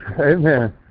Amen